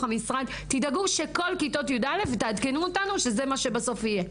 המשרד תדאגו שכל כיתות י"א ותעדכנו אותנו שזה מה שבסוף יהיה.